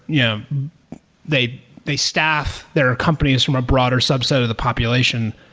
yeah they they staff their companies from a broader subset of the population.